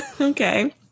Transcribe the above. Okay